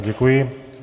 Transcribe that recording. Děkuji.